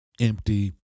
empty